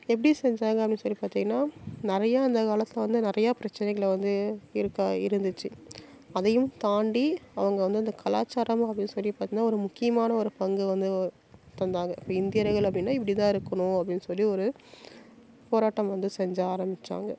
எப்படி செஞ்சாங்க அப்படின்னு சொல்லி பார்த்திங்கன்னா நிறையா அந்த காலத்தில் வந்து நிறையா பிரச்சனைகள் வந்து இருக்க இருந்துச்சு அதையும் தாண்டி அவங்க வந்து இந்த கலாச்சாரம் அப்படின்னு சொல்லி பார்த்திங்கன்னா ஒரு முக்கியமான ஒரு பங்கு வந்து தந்தாங்க இப்போ இந்தியர்கள் அப்படின்னா இப்படி தான் இருக்கணும் அப்படின்னு சொல்லி ஒரு போராட்டம் வந்து செஞ்ச ஆரம்பித்தாங்க